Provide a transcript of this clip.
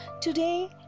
Today